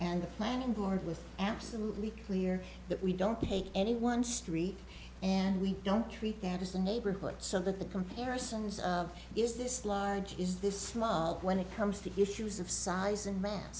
and the planning board with absolutely clear that we don't take any one street and we don't treat that as the neighborhood so the comparisons of is this large is this small when it comes to issues of size and ma